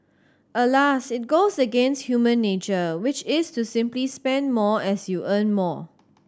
alas it goes against human nature which is to simply spend more as you earn more